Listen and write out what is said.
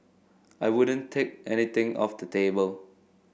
I wouldn't take anything off the table